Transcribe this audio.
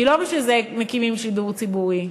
כי לא בשביל זה מקימים שידור ציבורי,